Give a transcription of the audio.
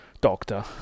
Doctor